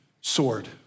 sword